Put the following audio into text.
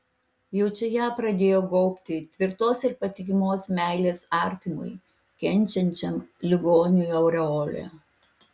jau čia ją pradėjo gaubti tvirtos ir patikimos meilės artimui kenčiančiam ligoniui aureolė